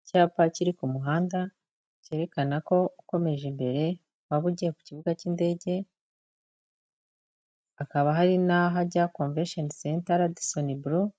Icyapa kiri ku muhanda cyerekana ko ukomeje imbere waba ugiye ku kibuga cy'indege, hakaba hari n'ahajya Convention Center, Radisson Blue,